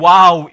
Wow